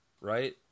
right